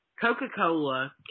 Coca-Cola